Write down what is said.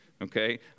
okay